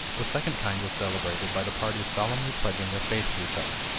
the second kind was celebrated by the parties solemnly pledging their faith to each other,